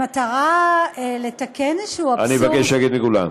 במטרה לתקן איזשהו אבסורד, אני מבקש שקט מכולם.